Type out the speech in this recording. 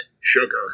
Sugar